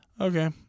Okay